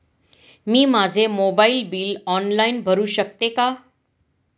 मी माझे mobile bill online भरू शकते का?